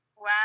Wow